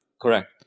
Correct